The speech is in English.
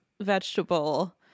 vegetable